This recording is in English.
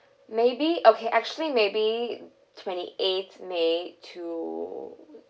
maybe okay actually maybe twenty eighth may to